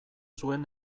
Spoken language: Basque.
zuen